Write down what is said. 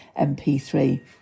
mp3